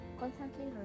constantly